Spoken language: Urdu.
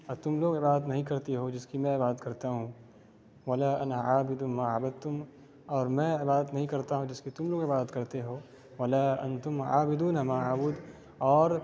تم لوگ عبادت نہیں کرتے ہو جس کی میں عبادت کرتا ہوں اور میں عبادت نہیں کرتا ہوں جس کی تم لوگ عبادت کرتے ہو اور